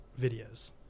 videos